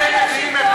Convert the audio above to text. עיניך.